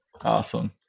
Awesome